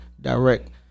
direct